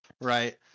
right